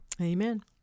Amen